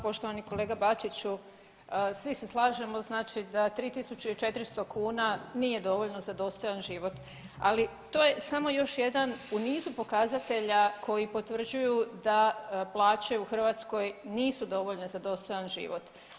Poštovani kolega Bačiću, svi se slažemo znači da 3.400 kuna nije dovoljno za dostojan život, ali to je samo još jedan u nizu pokazatelja koji potvrđuju da plaće u Hrvatskoj nisu dovoljne za dostojan život.